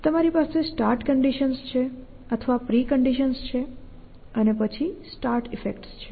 અને તમારી પાસે સ્ટાર્ટ કંડિશન્સ છે અથવા પ્રિકન્ડિશન્સ છે અને પછી સ્ટાર્ટ ઈફેક્ટ્સ છે